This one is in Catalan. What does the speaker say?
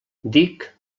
dic